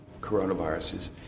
coronaviruses